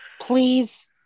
Please